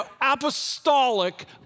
apostolic